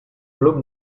club